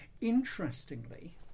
Interestingly